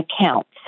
accounts